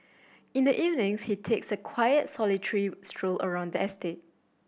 in the evenings he takes a quiet solitary stroll around the estate